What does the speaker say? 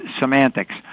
semantics